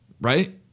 right